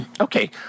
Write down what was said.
Okay